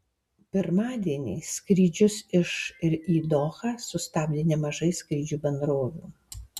pirmadienį skrydžius iš ir į dohą sustabdė nemažai skrydžių bendrovių